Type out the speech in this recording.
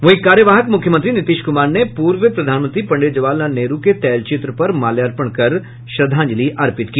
वहीं कार्यवाहक मुख्यमंत्री नीतीश कुमार ने पूर्व प्रधानमंत्री पंडित जवाहर लाल नेहरू के तैलचित्र पर माल्यापर्ण कर श्रद्वांजलि दी